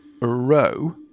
row